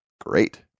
Great